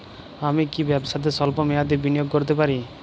আমি কি ব্যবসাতে স্বল্প মেয়াদি বিনিয়োগ করতে পারি?